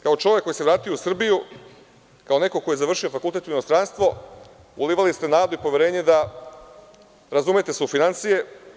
Kao čovek koji se vratio u Srbiju, kao neko ko je završio fakultet u inostranstvu, ulivali ste nadu i poverenje da se razumete u finansije.